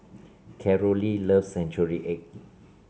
Carolee loves Century Egg